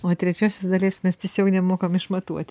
o trečiosios dalies mes tiesiog nemokame išmatuoti